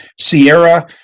Sierra